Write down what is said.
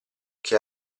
che